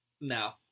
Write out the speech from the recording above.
No